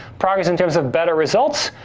progress in terms of better results.